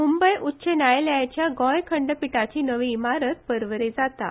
मूंबय उच्च न्यायालाच्या गोंय खंडपिठाची नवी इमारत परवरे जाता